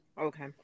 Okay